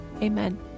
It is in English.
Amen